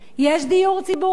יש דיור ציבורי,